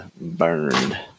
burned